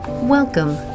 Welcome